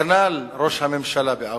כנ"ל ראש הממשלה באושוויץ,